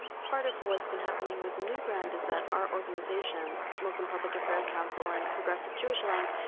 and part of what's been happening with newground is that our organizations, muslim public affairs council and progressive jewish alliance,